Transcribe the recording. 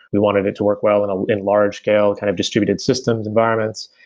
we wanted it to work well and ah in large scale kind of distributed systems environments,